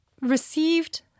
received